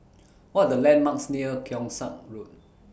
What Are The landmarks near Keong Saik Road